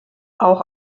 auch